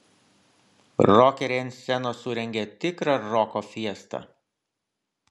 rokeriai ant scenos surengė tikrą roko fiestą